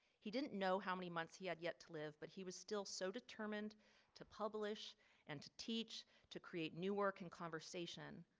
he didn't know how many months he had yet to live. but he was still so determined to publish and to teach to create new work and conversation.